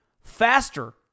faster